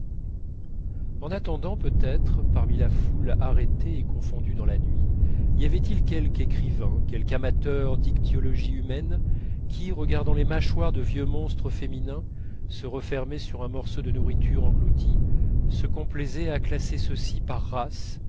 en attendant peut-être parmi la foule arrêtée et confondue dans la nuit y avait-il quelque écrivain quelque amateur d'ichtyologie humaine qui regardant les mâchoires de vieux monstres féminins se refermer sur un morceau de nourriture engloutie se complaisait à classer ceux-ci par race